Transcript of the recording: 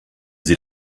sie